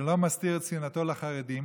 שלא מסתיר את שנאתו לחרדים,